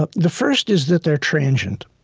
ah the first is that they're transient,